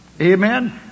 Amen